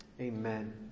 amen